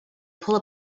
pull